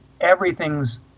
everything's